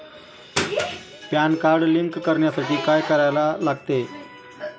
Pan card link करण्यासाठी काय करायला लागते?